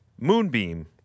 Moonbeam